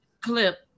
clip